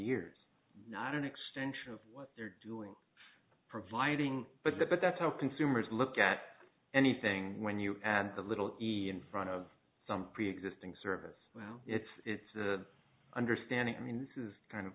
years not an extension of what they're doing providing but the but that's how consumers look at anything when you add the little in front of some preexisting service well it's the understanding